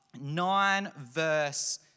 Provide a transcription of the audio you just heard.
nine-verse